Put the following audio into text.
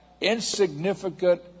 insignificant